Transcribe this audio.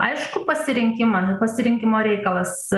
aiškų pasirinkimą pasirinkimo reikalas